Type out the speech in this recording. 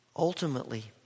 Ultimately